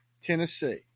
Tennessee